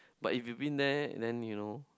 but if you been there then you know